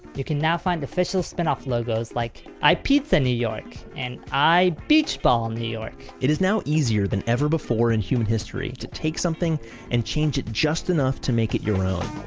you can now find official spin off logos like i pizza new york and i beach ball new york it is now easier than ever before in human history to take something and change it just enough to make it your own.